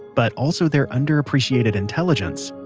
but also their underappreciated intelligence,